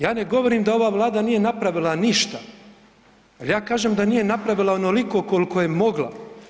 Ja ne govorim da ova Vlada nije napravila ništa, ali ja kažem da nije napravila onoliko koliko je mogla.